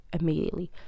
immediately